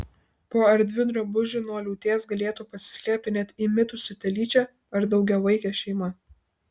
po erdviu drabužiu nuo liūties galėtų pasislėpti net įmitusi telyčia ar daugiavaikė šeima